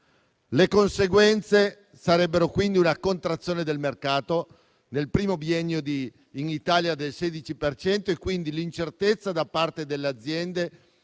Le conseguenze sarebbero quindi una contrazione del mercato nel primo biennio in Italia del 16 per cento e, quindi, l'incertezza da parte delle aziende